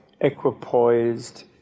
equipoised